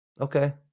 Okay